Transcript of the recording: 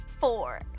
Four